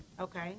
Okay